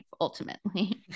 ultimately